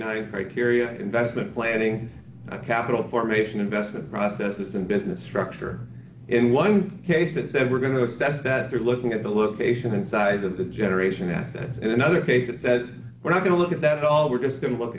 nine criteria investment planning capital formation investment process and business structure in one case that said we're going to assess that you're looking at the location and size of the generation assets in another case it says we're not going to look at that at all we're just